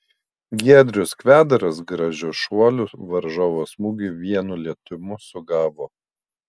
giedrius kvedaras gražiu šuoliu varžovo smūgį vienu lietimu sugavo